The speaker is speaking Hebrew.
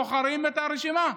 בוחרים את הרשימה,